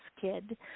kid